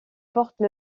porte